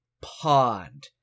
pond